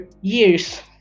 years